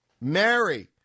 Mary